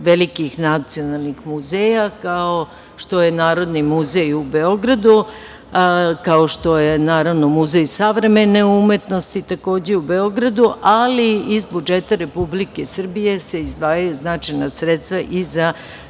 velikih nacionalnih muzeja, kao što je Narodni muzej u Beogradu, kao što je naravno Muzej savremene umetnosti takođe u Beogradu, ali iz budžeta Republike Srbije se izdvajaju značajna sredstva i za